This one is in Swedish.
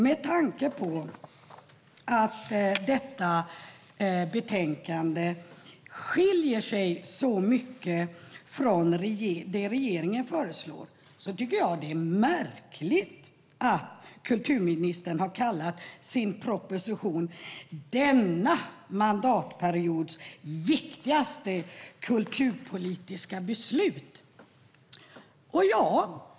Med tanke på att detta riksdagsbetänkande skiljer sig så mycket från det som regeringen föreslår är det märkligt att kulturministern har kallat sin proposition för "denna mandatperiods viktigaste kulturpolitiska beslut".